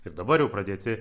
ir dabar jau pradėti